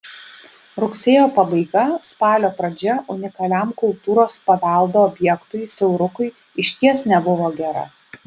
rugsėjo pabaiga spalio pradžia unikaliam kultūros paveldo objektui siaurukui išties nebuvo gera